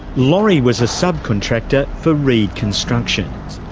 laurie was a subcontractor for reed constructions.